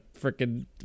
freaking